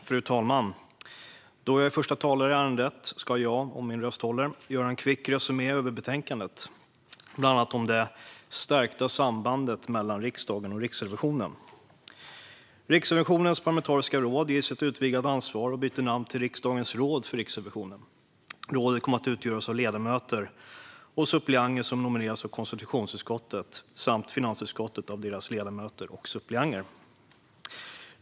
Fru talman! Som förste talare i ärendet ska jag göra en kort sammanfattning av betänkandet, bland annat av det stärkta sambandet mellan riksdagen och Riksrevisionen. Riksrevisionens parlamentariska råd ges ett utvidgat ansvar och byter namn till riksdagens råd för Riksrevisionen. Rådet kommer att utgöras av de ledamöter och suppleanter i konstitutionsutskottet och finansutskottet som dessa utskott nominerat.